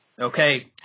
Okay